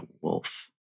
wolf